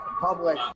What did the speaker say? public